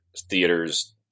theaters